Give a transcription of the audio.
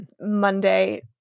Monday